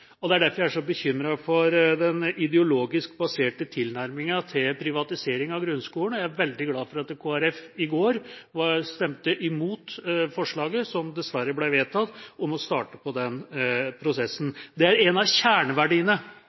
Det er derfor jeg er så bekymret for den ideologisk baserte tilnærmingen til privatisering av grunnskolen. Og jeg er veldig glad for at Kristelig Folkeparti i går stemte imot forslaget, som dessverre ble vedtatt, om å starte på den prosessen. – Det er en av kjerneverdiene